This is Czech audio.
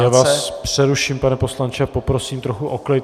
Já vás přeruším, pane poslanče, a poprosím trochu o klid.